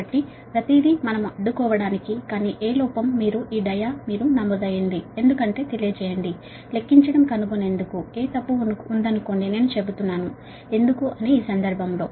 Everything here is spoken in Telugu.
కాబట్టి మనము ప్రతిదీ సరిదిద్దుకోవచ్చు కానీ ఈ కేసు లో నేను ఎందుకు చెబుతున్నాను అంటే ఒకవేళ అక్కడ ఈ డయా లో ఏదైనా లోపం లేదా తప్పు ఉంది అంటే మీరు తెలియజేయండి ఎందుకు చెబుతున్నాను అంటే ఇది రికార్డు అయింది ఈ సందర్భంలో